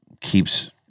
keeps